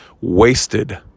wasted